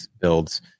builds